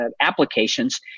applications